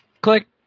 Click